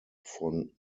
von